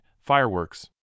fireworks